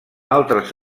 altres